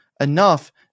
enough